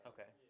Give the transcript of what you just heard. Okay